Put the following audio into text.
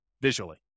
visually